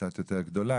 קצת יותר גדולה,